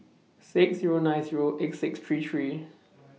six Zero nine Zero eight six three three